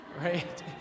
right